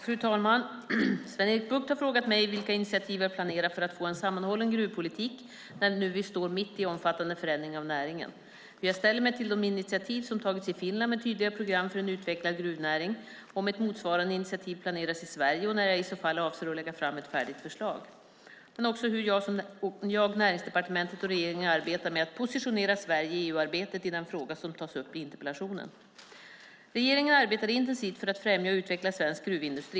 Fru talman! Sven-Erik Bucht har frågat mig vilka initiativ jag planerar för att få en sammanhållen gruvpolitik när vi nu står mitt i omfattande förändring av näringen, hur jag ställer mig till de initiativ som tagits i Finland med tydliga program för en utvecklad gruvnäring och om ett motsvarande initiativ planeras i Sverige och när jag i så fall avser att lägga fram ett färdigt förslag. Han har också frågat mig hur jag, Näringsdepartementet och regeringen arbetar med att positionera Sverige i EU-arbetet i den fråga som tas upp i interpellationen. Regeringen arbetar intensivt för att främja och utveckla svensk gruvindustri.